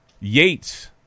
Yates